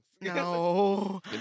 No